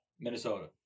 Minnesota